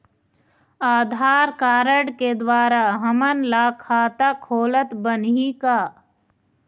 आधार card के द्वारा हमन ला खाता खोलत बनही का?